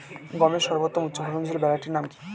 গমের সর্বোত্তম উচ্চফলনশীল ভ্যারাইটি নাম কি?